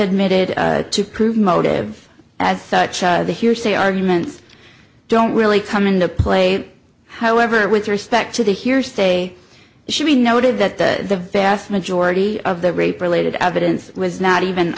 admitted to prove motive as such the hearsay arguments don't really come into play however with respect to the hearsay she noted that the vast majority of the rape related evidence was not even